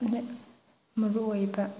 ꯃꯔꯨ ꯑꯣꯏꯕ